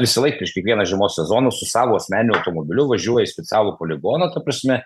visą laik prieš kiekvieną žiemos sezoną su savo asmeniniu automobiliu važiuoja į specialų poligoną ta prasme